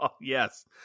yes